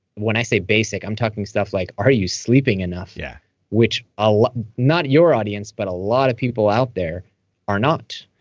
when i say basic, i'm talking stuff like, are you sleeping enough? yeah which not your audience, but a lot of people out there are not.